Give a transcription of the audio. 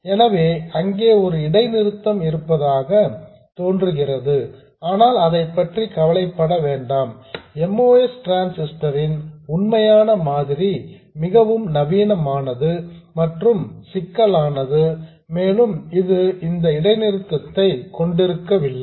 எனவே அங்கே ஒரு இடைநிறுத்தம் இருப்பதாக தோன்றுகிறது ஆனால் அதைப்பற்றி கவலைப்பட வேண்டாம் MOS டிரான்சிஸ்டர் ன் உண்மையான மாதிரி மிகவும் நவீனமானது மற்றும் சிக்கலானது மேலும் இது இந்த இடைநிறுத்தத்தை கொண்டிருக்கவில்லை